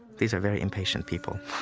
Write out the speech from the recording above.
these are very impatient people,